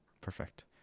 Perfect